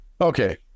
Okay